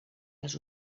les